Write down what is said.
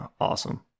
Awesome